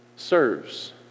serves